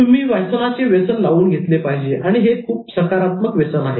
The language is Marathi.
तुम्ही वाचण्याचे व्यसन लावून घेतले पाहिजे आणि हे खूप सकारात्मक व्यसन आहे